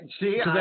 See